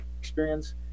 experience